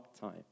time